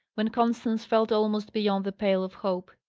when constance felt almost beyond the pale of hope.